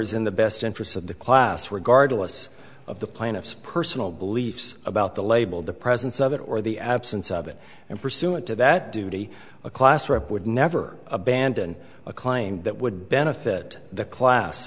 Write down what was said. is in the best interests of the class regard to us of the plaintiff's personal beliefs about the label the presence of it or the absence of it and pursuant to that duty a class trip would never abandon a claim that would benefit the class